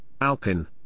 Alpin